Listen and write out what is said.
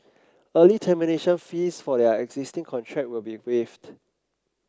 early termination fees for their existing contract will be waived